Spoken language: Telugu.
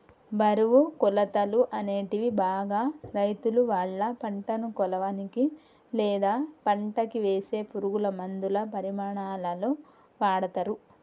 బరువు, కొలతలు, అనేటివి బాగా రైతులువాళ్ళ పంటను కొలవనీకి, లేదా పంటకివేసే పురుగులమందుల పరిమాణాలలో వాడతరు